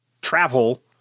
travel